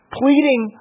pleading